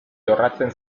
jorratzen